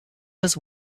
was